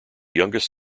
youngest